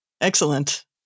Excellent